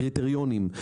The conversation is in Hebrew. קריטריונים,